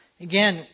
Again